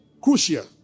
crucial